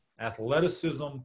athleticism